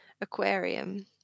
aquarium